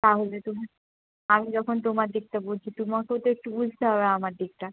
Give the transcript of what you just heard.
তাহলে তো আমি যখন তোমার দিকটা বুঝছি তোমাকেও তো একটু বুঝতে হবে আমার দিকটা